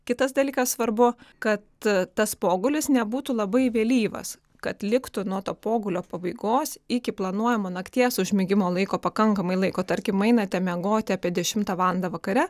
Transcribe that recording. kitas dalykas svarbu kad tas pogulis nebūtų labai vėlyvas kad liktų nuo to pogulio pabaigos iki planuojamo nakties užmigimo laiko pakankamai laiko tarkim einate miegoti apie dešimtą valandą vakare